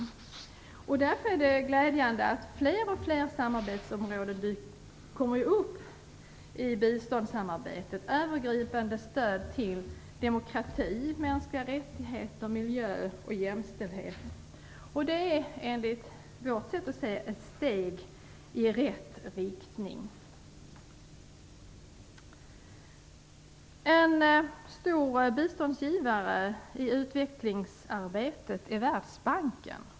Det är därför glädjande att allt fler samarbetsområden kommer upp i biståndssamarbetet. Det gäller övergripande stöd till demokrati, mänskliga rättigheter, miljö och jämställdhet. Det är enligt vårt sätt att se ett steg i rätt riktning. En stor biståndsgivare i utvecklingsarbetet är Världsbanken.